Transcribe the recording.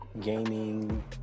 gaming